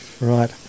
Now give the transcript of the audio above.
right